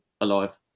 alive